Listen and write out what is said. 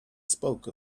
spoke